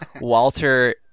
Walter